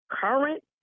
current